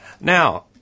Now